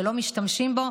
כשלא משתמשים בו,